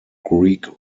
greek